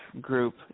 group